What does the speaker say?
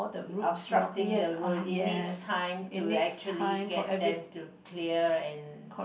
obstructing the road he needs time to actually get them to clear and